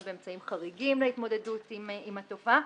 באמצעים חריגים להתמודדות עם התופעה,